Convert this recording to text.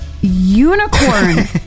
unicorn